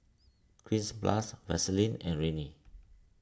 Cleanz Plus Vaselin and Rene